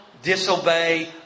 disobey